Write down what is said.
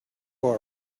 are